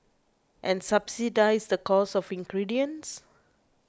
and subsidise the cost of ingredients